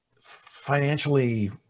financially